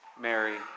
Mary